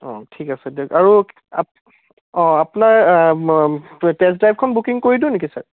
অঁ ঠিক আছে দিয়ক আৰু আপ অঁ আপোনাৰ টেষ্ট ড্ৰাইভখন বুকিং কৰি দিওঁ নেকি ছাৰ